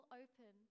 open